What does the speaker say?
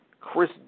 Chris